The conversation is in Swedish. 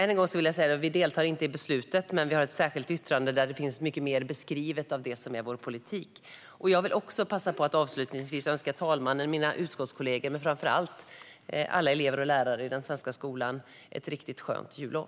Än en gång vill jag säga att vi inte deltar i beslutet men att vi har ett särskilt yttrande, där mycket mer av det som är vår politik finns beskrivet. Avslutningsvis vill jag passa på att önska talmannen, mina utskottskollegor och - framför allt - alla elever och lärare i den svenska skolan ett riktigt skönt jullov!